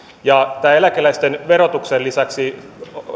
ja tämän eläkeläisten verotuksen lisäksi